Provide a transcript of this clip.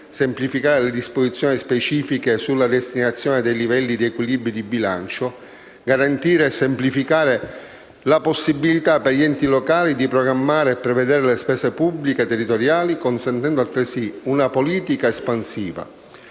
semplificare le disposizioni specifiche sulla destinazione dei livelli di equilibri di bilancio; garantire e semplificare la possibilità per gli enti locali di programmare e prevedere le spese pubbliche territoriali consentendo altresì una politica espansiva;